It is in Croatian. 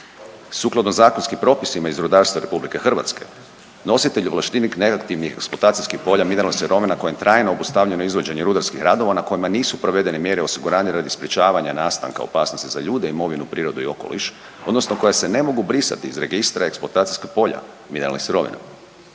Sukladno zakonskim propisima iz rudarstva RH nositelj ovlaštenik neaktivnih eksploatacijskih polja mineralnih sirovina kojem je trajno obustavljeno izvođeno rudarskih radova na kojima nisu provedene mjere osiguranja radi sprječavanja nastanka opasnosti za ljude, imovinu, prirodu i okoliš odnosno koja se ne mogu brisati iz registra eksploatacijska polja mineralnih sirovina.